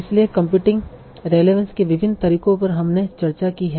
इसलिए computing relevance के विभिन्न तरीकों पर हमने चर्चा की है